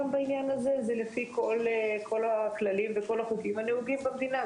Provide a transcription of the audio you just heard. גם בעניין הזה זה לפי כל הכללים וכל החוקים הנוהגים במדינה.